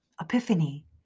epiphany